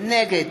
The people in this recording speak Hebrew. נגד